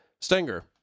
Stenger